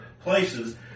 places